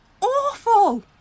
awful